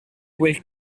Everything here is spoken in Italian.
quel